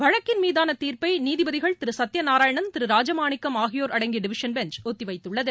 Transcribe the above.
வழக்கின் மீதான தீர்ப்பை நீதிபதிகள் திரு சத்தியநாராயணன் திரு ராஜமாணிக்கம் ஆகியோர் அடங்கிய டிவிசன் பெஞ்ச் ஒத்தி வைத்துள்ளது